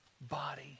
body